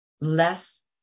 less